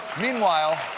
meanwhile